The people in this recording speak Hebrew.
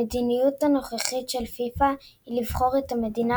המדיניות הנוכחית של פיפ"א היא לבחור את המדינה